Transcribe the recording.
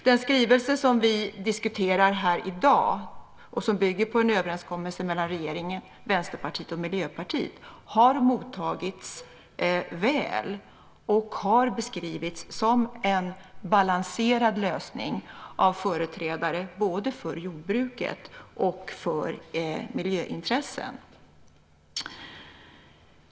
Den skrivelse som vi diskuterar här i dag och som bygger på en överenskommelse mellan regeringen, Vänsterpartiet och Miljöpartiet har mottagits väl och har beskrivits som en balanserad lösning av företrädare både för jordbruket och för miljöintressen.